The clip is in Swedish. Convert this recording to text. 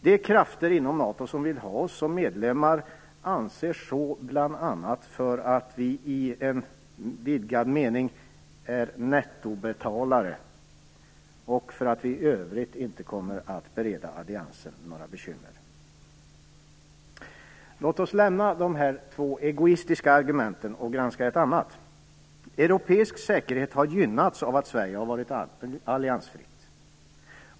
De krafter inom NATO som vill ha oss som medlemmar anser så bl.a. för att vi i en vidgad mening är nettobetalare och för att vi i övrigt inte kommer att bereda alliansen några bekymmer. Låt oss lämna de här två egoistiska argumenten och granska ett annat. Europeisk säkerhet har gynnats av att Sverige har varit alliansfritt.